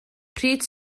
pryd